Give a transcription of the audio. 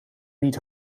niet